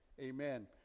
amen